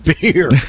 beer